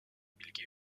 bilgi